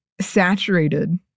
saturated